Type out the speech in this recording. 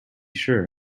sure